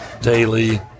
daily